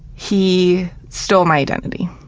he stole my identity.